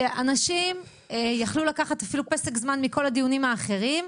שאנשים יכלו לקחת אפילו פסק זמן מכל הדיונים האחרים,